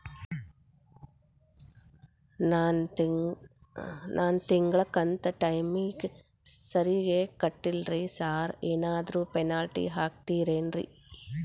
ನಾನು ತಿಂಗ್ಳ ಕಂತ್ ಟೈಮಿಗ್ ಸರಿಗೆ ಕಟ್ಟಿಲ್ರಿ ಸಾರ್ ಏನಾದ್ರು ಪೆನಾಲ್ಟಿ ಹಾಕ್ತಿರೆನ್ರಿ?